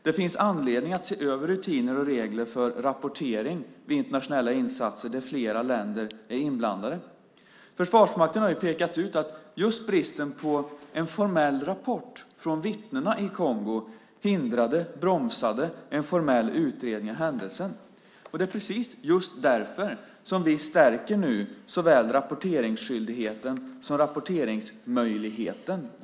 Det finns anledning att se över rutiner och regler för rapportering vid internationella insatser där flera länder är inblandade. Försvarsmakten har pekat ut att just bristen på en formell rapport från vittnena i Kongo hindrade, bromsade, en formell utredning av händelsen. Det är precis därför som vi nu stärker såväl rapporteringsskyldigheten som rapporteringsmöjligheten.